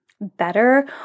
better